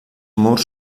murs